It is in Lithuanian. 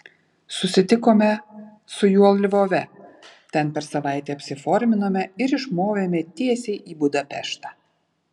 susitikome su juo lvove ten per savaitę apsiforminome ir išmovėme tiesiai į budapeštą